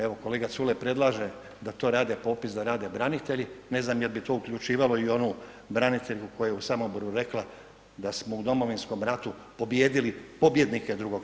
Evo kolega Culej predlaže da to rade popis da rade branitelji, ne znam jel bi to uključivalo i onu branitelju koja je u Samoboru rekla da smo u Domovinskom ratu pobijedili pobjednike II.